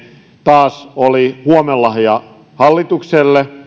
taas oli huomenlahja hallitukselle